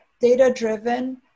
data-driven